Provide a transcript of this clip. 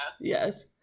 Yes